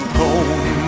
home